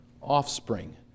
Offspring